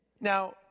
Now